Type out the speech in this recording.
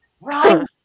Right